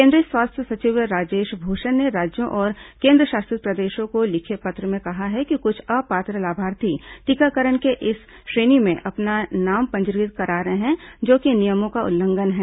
केंद्रीय स्वास्थ्य सचिव राजेश भूषण ने राज्यों और केंद्रशासित प्रदेशों को लिखे पत्र में कहा है कि कुछ अपात्र लाभार्थी टीकाकरण के लिए इस श्रेणी में अपने नाम पंजीकृत करा रहे हैं जो नियमों का उल्लंघन है